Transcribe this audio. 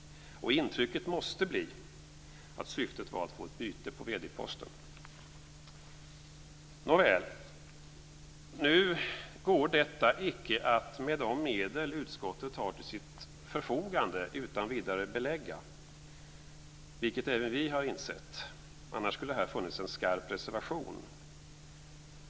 Intrycket måste bli att syftet var att få ett byte på vd-posten. Nåväl, nu går detta icke med de medel utskottet har till sitt förfogande att utan vidare belägga, vilket även vi har insett. Annars skulle här ha funnits en skarp reservation.